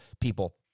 people